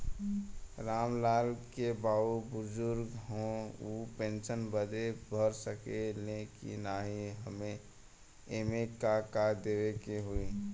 राम लाल के बाऊ बुजुर्ग ह ऊ पेंशन बदे भर सके ले की नाही एमे का का देवे के होई?